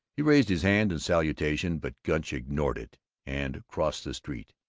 he raised his hand in salutation, but gunch ignored it and crossed the street.